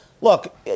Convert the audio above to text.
look